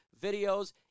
videos